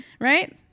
Right